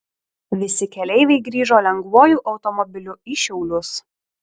visi keleiviai grįžo lengvuoju automobiliu į šiaulius